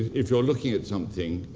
if you're looking at something,